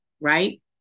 right